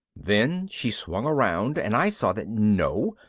then she swung around and i saw that no,